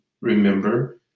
remember